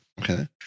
okay